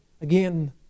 again